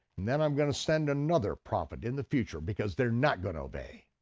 then i'm going to send another prophet in the future because they're not going to obey.